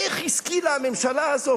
איך השכילה הממשלה הזאת,